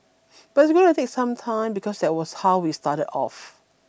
but it's gonna take some time because that was how we started off